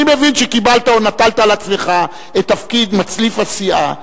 אני מבין שקיבלת או נטלת על עצמך את תפקיד מצליף הסיעה.